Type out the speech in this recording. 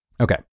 Okay